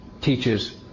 teaches